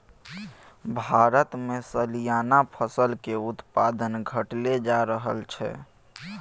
भारतमे सलियाना फसल केर उत्पादन घटले जा रहल छै